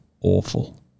awful